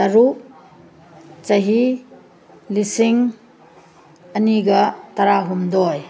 ꯇꯔꯨꯛ ꯆꯍꯤ ꯂꯤꯁꯤꯡ ꯑꯅꯤꯒ ꯇꯔꯥ ꯍꯨꯝꯗꯣꯏ